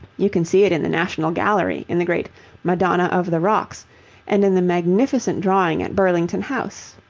you can see it in the national gallery in the great madonna of the rocks and in the magnificent drawing at burlington house.